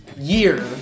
year